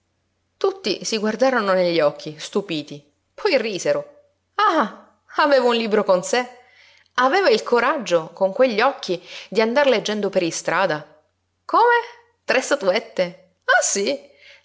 tutti si guardarono negli occhi stupiti poi risero ah aveva un libro con sé aveva il coraggio con quegli occhi di andar leggendo per istrada come tre statuette ah sí